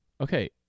Okay